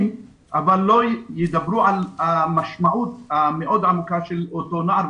אבל לא ידברו על המשמעות המאוד עמוקה של אותו נער.